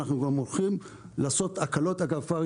אנחנו כבר ערוכים לעשות הקלות,